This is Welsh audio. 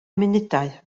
munudau